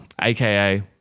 aka